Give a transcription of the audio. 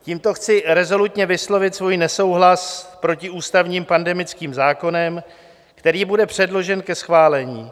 Tímto chci rezolutně vyslovit svůj nesouhlas s protiústavním pandemickým zákonem, který bude předložen ke schválení.